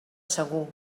segur